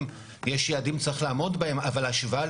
עם השרה,